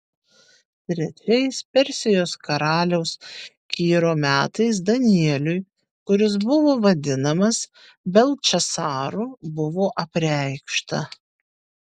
trečiais persijos karaliaus kyro metais danieliui kuris buvo vadinamas beltšacaru buvo apreikšta